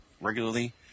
regularly